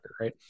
right